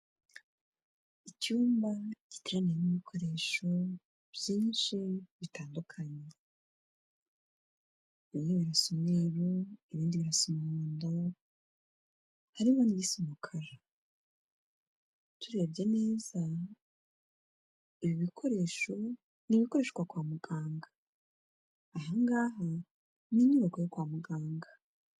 Icyumba giteraniyemo ibikoresho byinshi bitandukanye, bimwe birasa umweru, ibindi birasa umuhondo, harimo n'ibisa umukara, turebye neza ibi bikoresho ni ibikoreshwa kwa muganga, aha ngaha ni inyubako yo kwa muganga.